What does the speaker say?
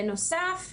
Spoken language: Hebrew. בנוסף,